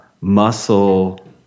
muscle